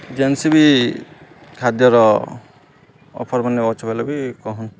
ଯେନ୍ସି ବି ଖାଦ୍ୟର ଅଫର୍ମାନେ ଅଛେ ବଲେ ବି କହୁନ୍